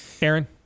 Aaron